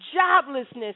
joblessness